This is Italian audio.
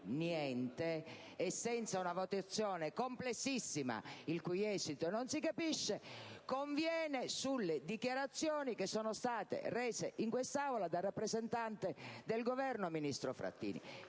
niente e senza una votazione assai complessa, il cui esito non si capisce, conviene sulle dichiarazioni che sono state rese in quest'Aula dal rappresentante del Governo ministro Frattini.